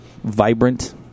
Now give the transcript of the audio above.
Vibrant